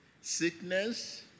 Sickness